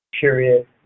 Period